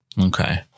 Okay